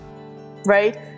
right